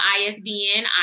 ISBN